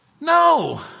No